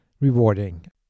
rewarding